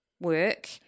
work